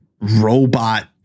robot